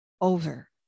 Over